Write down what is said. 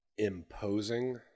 imposing